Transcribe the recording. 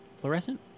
fluorescent